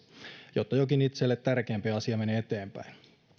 jotta jokin itselle tärkeämpi asia menee eteenpäin